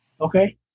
okay